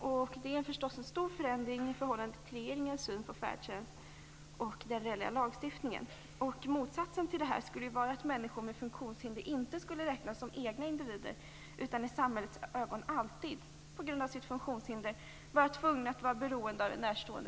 Det är förstås en stor förändring i förhållande till regeringens syn på färdtjänst och den lagstiftning som finns. Motsatsen skulle vara att människor med funktionshinder inte räknas som egna individer utan i samhällets ögon på grund av sitt funktionshinder alltid vara tvungna att vara beroende av en närstående.